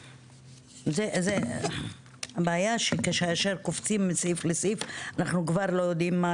זה בעיה שכאשר קופצים מסעיף לסעיף אנחנו כבר לא יודעים מה